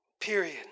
Period